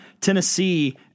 Tennessee